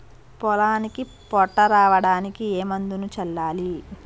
పొలానికి పొట్ట రావడానికి ఏ మందును చల్లాలి?